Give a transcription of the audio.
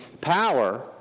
power